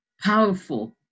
powerful